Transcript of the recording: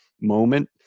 moment